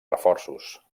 reforços